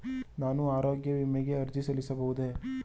ನಾನು ಆರೋಗ್ಯ ವಿಮೆಗೆ ಅರ್ಜಿ ಸಲ್ಲಿಸಬಹುದೇ?